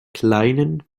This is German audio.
kleinen